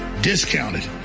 discounted